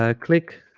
ah click